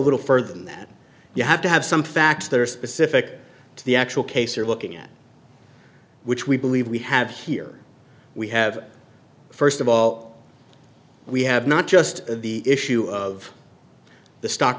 little further than that you have to have some facts that are specific to the actual case you're looking at which we believe we have here we have first of all we have not just the issue of the stock